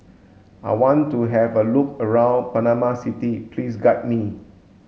I want to have a look around Panama City please guide me